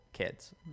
kids